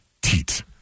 teat